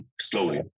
slowly